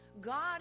God